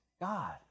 God